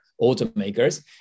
automakers